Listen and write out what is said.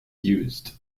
used